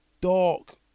dark